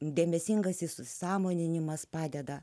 dėmesingas įsisąmoninimas padeda